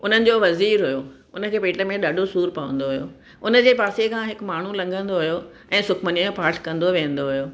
हुननि जो वज़ीर हुओ हुनखे पेट में ॾाढो सूरु पवंदो हुओ उनजे पासे खां हिकु माण्हू लघंदो हुओ ऐं सुखमनीअ जो पाठ कंदो वेंदो हुओ